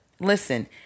Listen